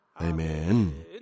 Amen